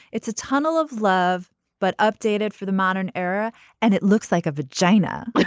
it's a tunnel of love but updated for the modern era and it looks like a vagina but